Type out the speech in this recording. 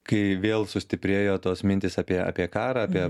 kai vėl sustiprėjo tos mintys apie apie karą apie